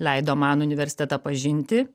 leido man universitetą pažinti